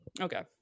okay